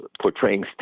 portraying